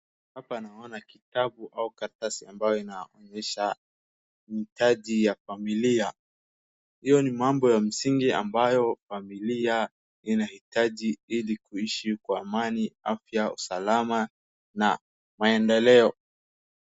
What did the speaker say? Hapa naona kitabu au karatasi ambayo inaonyesha mahitaji ya familia. Hiyo ni mambo ya msingi ambayo familia inahitaji ili kuishi kwa amani afya usalama na maendeleo.